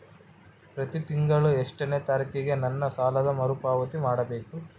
ಪ್ರತಿ ತಿಂಗಳು ಎಷ್ಟನೇ ತಾರೇಕಿಗೆ ನನ್ನ ಸಾಲದ ಮರುಪಾವತಿ ಮಾಡಬೇಕು?